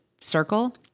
circle